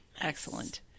Excellent